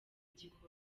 gikondo